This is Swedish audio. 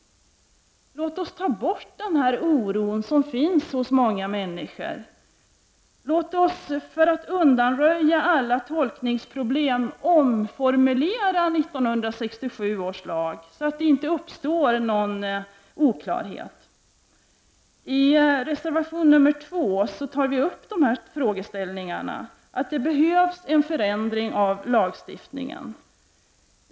Låt oss ta bort den oro som finns hos många människor. Låt oss för att undanröja alla tolkningsproblem omformulera 1967 års lag så att ingen oklarhet uppstår. I reservation 2 tar centern och vpk upp dessa frågeställningar, dvs. att det behövs en förändring av lagstiftningen.